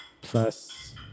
plus